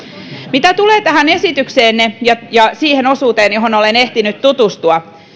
mitä tulee tähän esitykseenne ja ja siihen osuuteen johon olen ehtinyt tutustua